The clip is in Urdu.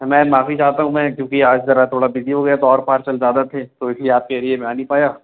میم معافی چاہتا ہوں میں کیونکہ آج ذرا تھوڑا بزی ہو گیا تو اور پارسل زیادہ تھے تو اس لیے آپ کے ایریے میں آ نہیں پایا